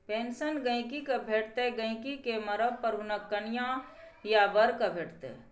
pension गहिंकी केँ भेटतै गहिंकी केँ मरब पर हुनक कनियाँ या बर केँ भेटतै